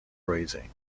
raising